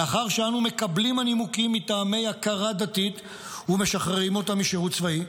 "לאחר שאנו מקבלים הנימוקים מטעמי הכרה דתית ומשחררים אותן משירות צבאי?